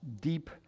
deep